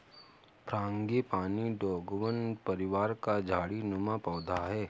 frangipani डोंगवन परिवार का झाड़ी नुमा पौधा है